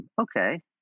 Okay